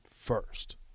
first